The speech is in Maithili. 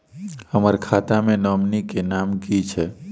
हम्मर खाता मे नॉमनी केँ नाम की छैय